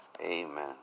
Amen